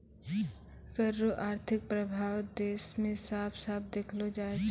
कर रो आर्थिक प्रभाब देस मे साफ साफ देखलो जाय छै